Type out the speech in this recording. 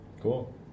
Cool